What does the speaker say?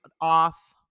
off